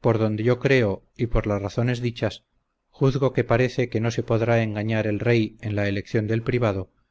por donde yo creo y por las razones dichas juzgo que parece que no se podrá engañar el rey en la elección del privado